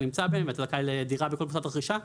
נמצא בהן ואתה זכאי לדירה בכל קבוצת רכישה,